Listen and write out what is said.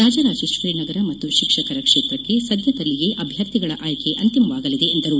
ರಾಜರಾಜೇಶ್ವರಿ ನಗರ ಮತ್ತು ಶಿಕ್ಷಕರ ಕ್ಷೇತ್ರಕ್ಕೆ ಸದ್ಯದರಲ್ಲಿಯೇ ಅಭ್ಯರ್ಥಿಗಳ ಆಯ್ಕೆ ಅಂತಿಮವಾಗಲಿದೆ ಎಂದರು